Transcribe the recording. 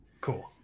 Cool